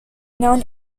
known